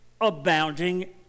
abounding